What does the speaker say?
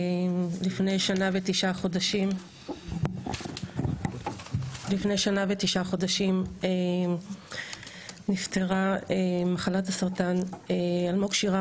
לפני שנה ותשעה חודשים נפטרה ממחלת הסרטן אלמוג שירה,